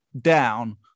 down